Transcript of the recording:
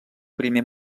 primer